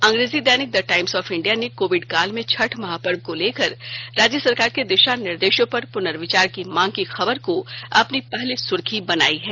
अंग्रेजी दैनिक the Times of India ने कोविड काल में छठ महापर्व को लेकर राज्य सरकार के दिशा निर्देशों पर पुनर्विचार की मांग की खबर को अपनी पहली सुर्खी बनायी है